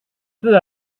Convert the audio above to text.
peu